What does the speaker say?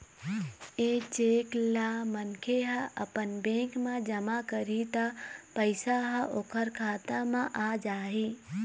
ए cheque ल मनखे ह अपन बेंक म जमा करही त पइसा ह ओखर खाता म आ जाही